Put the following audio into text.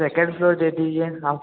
second floor दे दीजिए आप